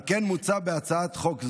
על כן, מוצע בהצעת חוק זו,